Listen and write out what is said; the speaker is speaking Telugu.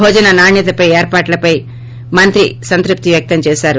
భోజన నాణ్యతపై ఏర్పాట్లపై మంత్రి సంతృప్తి వ్యక్తం చేశారు